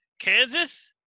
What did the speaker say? Kansas